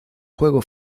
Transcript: juego